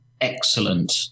excellent